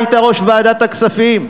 היית ראש ועדת הכספים.